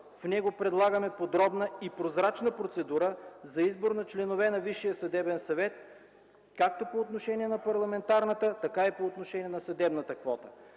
В него предлагаме подробна и прозрачна процедура за избор на членове на Висшия съдебен съвет както по отношение на парламентарната, така и по отношение на съдебната квота.